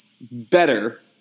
better